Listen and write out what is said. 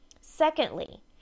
Secondly